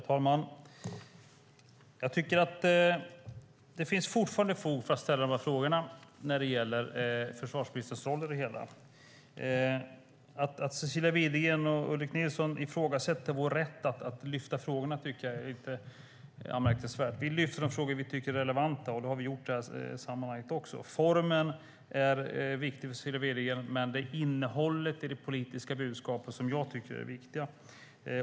Herr talman! Jag tycker att det fortfarande finns fog för att ställa frågorna om försvarsministerns roll i det hela. Att Cecilia Widegren och Ulrik Nilsson ifrågasätter vår rätt att lyfta frågorna tycker jag är anmärkningsvärt. Vi lyfter de frågor som vi tycker är relevanta, och det har vi också gjort i det här sammanhanget. Formen är viktig för Cecilia Widegren, men det är innehållet i det politiska budskapet som jag tycker är det viktiga.